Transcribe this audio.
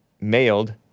mailed